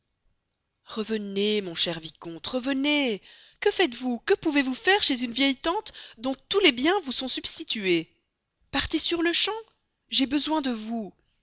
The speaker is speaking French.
revenez mon cher vicomte revenez que faites-vous que pouvez-vous faire chez une vieille tante dont tous les biens vous sont substitués partez sur-le-champ j'ai besoin de vous